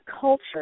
culture